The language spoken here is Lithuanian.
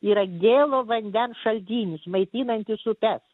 yra gėlo vandens šaltinis maitinantis upes